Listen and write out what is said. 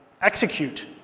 execute